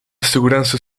segurança